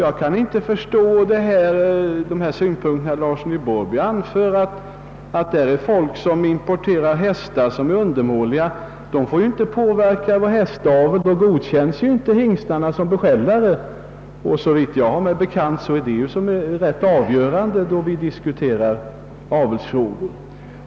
Jag kan inte förstå herr Larssons i Borrby synpunkter beträffande import av undermåliga hästar. Sådana kan inte: påverka vår hästavel eftersom undermåliga hingstar inte godkänns som beskällare och såvitt jag vet är detta avgörande då det gäller avelsfrågor.